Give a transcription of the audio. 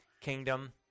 kingdom